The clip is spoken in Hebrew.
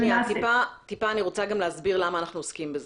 אני רוצה להסביר למה אנחנו עוסקים בזה.